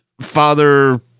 father